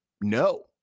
no